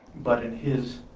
but in his